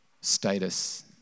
status